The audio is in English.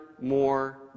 more